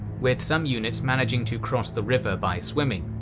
with some units managing to cross the rivers by swimming.